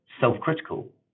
self-critical